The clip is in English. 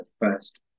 first